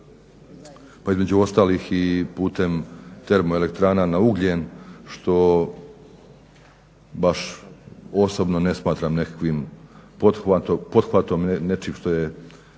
pa između ostalih i putem termoelektrana na ugljen što baš osobno ne smatram nekakvim pothvatom nečeg što je